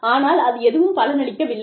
ஆனால் அது எதுவும் பலன் அளிக்கவில்லை